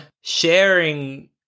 sharing